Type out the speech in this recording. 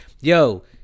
Yo